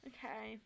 Okay